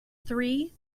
three